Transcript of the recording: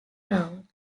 brown